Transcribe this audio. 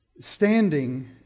standing